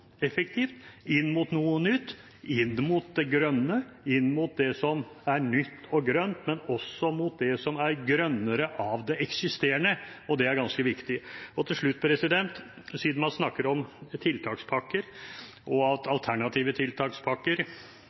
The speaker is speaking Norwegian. grønne, inn mot det som er nytt og grønt, men også mot det som er grønnere av det eksisterende, som er ganske viktig. Til slutt: Siden man snakker om tiltakspakker, og at alternative tiltakspakker